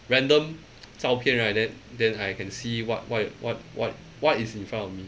random 照片 right then then I can see what what what what what is in front of me